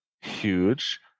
huge